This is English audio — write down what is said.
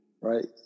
Right